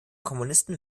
komponisten